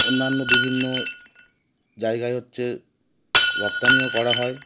অন্যান্য বিভিন্ন জায়গায় হচ্ছে রপ্তানিও করা হয়